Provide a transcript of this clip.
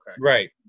Right